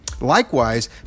Likewise